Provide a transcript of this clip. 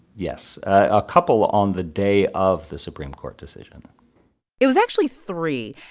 yes a couple on the day of the supreme court decision it was actually three.